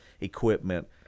equipment